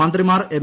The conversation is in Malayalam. മന്ത്രിമാർ എം